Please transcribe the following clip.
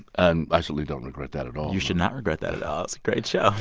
and i certainly don't regret that at all you should not regret that at all. it's a great show,